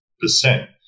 percent